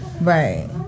right